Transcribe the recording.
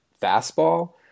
fastball